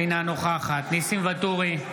אינה נוכחת ניסים ואטורי,